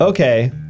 Okay